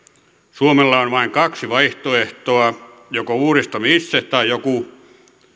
suomella on vain kaksi vaihtoehtoa joko uudistamme itse tai joku